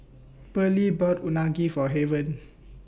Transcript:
Pearly bought Unagi For Haven